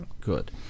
good